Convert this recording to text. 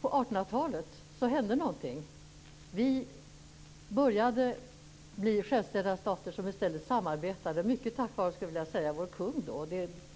På 1800-talet hände någonting. Vi började bli självständiga stater som i stället samarbetade. Mycket tack vara vår kung, skulle jag vilja säga.